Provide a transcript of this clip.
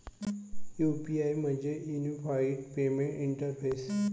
UPI म्हणजे unified payment interface